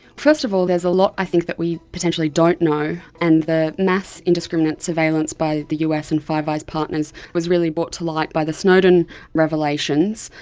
first of all there's a lot i think that we potentially don't know, and the mass indiscriminate surveillance by the us and five eyes partners was really brought to light by the snowden revelations,